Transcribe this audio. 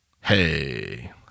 Hey